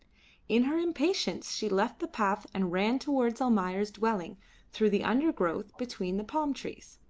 in her impatience she left the path and ran towards almayer's dwelling through the undergrowth between the palm trees.